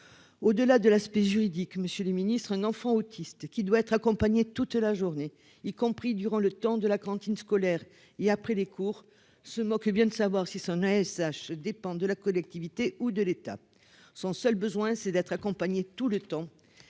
au-delà de l'aspect juridique, monsieur le ministre, un enfant autiste qui doit être accompagné toute la journée, y compris durant le temps de la cantine scolaire et après les cours se bien de savoir si est dépendent de la collectivité ou de l'étape, son seul besoin, c'est d'être accompagné tout le temps